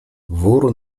wór